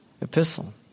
epistle